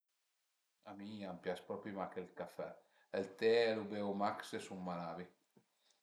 A mi a m'pias propi mach ël café, ël te lu bevu mach se sun malavi